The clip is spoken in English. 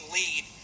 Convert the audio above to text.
lead